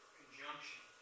conjunction